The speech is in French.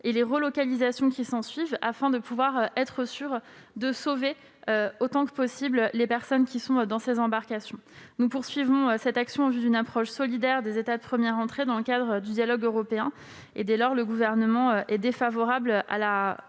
et les relocalisations qui s'ensuivent afin de pouvoir sauver autant que possible les personnes qui sont dans ces embarcations. Nous poursuivons cette action en vue d'une approche solidaire des États de première entrée dans le cadre du dialogue européen. Dès lors, le Gouvernement est défavorable à la